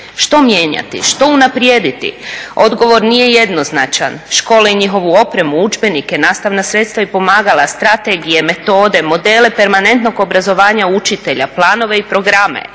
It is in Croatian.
Što mijenjati, što unaprijediti, odgovor nije jednoznačan. Škole i njihovu opremu, udžbenike, nastavna sredstva i pomagala, strategije, metode, modele permanentnog obrazovanja učitelja, planove i programe,